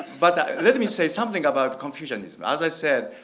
but let me say something about confucianism. as i said,